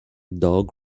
dog